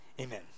amen